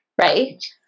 right